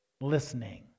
listening